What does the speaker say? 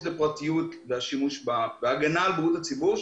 לפרטיות לבין ההגנה על בריאות הציבור,